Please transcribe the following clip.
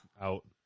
Out